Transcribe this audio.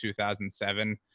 2007